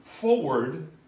forward